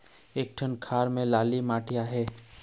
एक ठन खार म लाली माटी आहे?